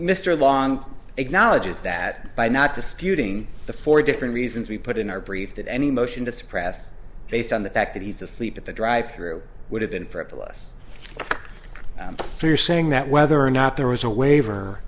mr long acknowledges that by not disputing the for different reasons we put in our brief that any motion to suppress based on the fact that he's asleep at the drive through would have been for a plus you're saying that whether or not there was a waiver